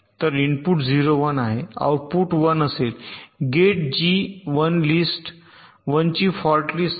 तर इनपुट 0 1 आहे आउटपुट 1 असेल गेट जी 1 ची फॉल्ट लिस्ट आहे